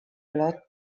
lot